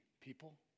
people